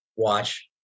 watch